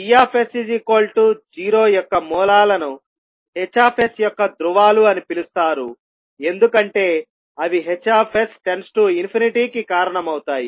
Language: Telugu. D0 యొక్క మూలాలను H యొక్క ధ్రువాలు అని పిలుస్తారు ఎందుకంటే అవి H→∞ కి కారణమవుతాయి